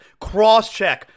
Crosscheck